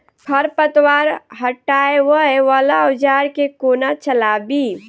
खरपतवार हटावय वला औजार केँ कोना चलाबी?